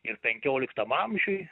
ir penkioliktam amžiuj